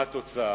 מה התוצאה?